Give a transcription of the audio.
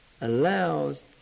allows